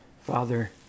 Father